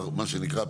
מה שנקרא,